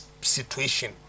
situation